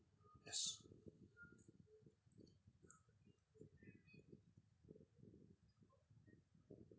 yes